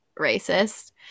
racist